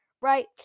right